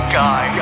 guy